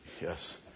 Yes